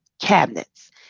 cabinets